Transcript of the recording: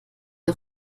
der